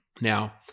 Now